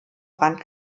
rand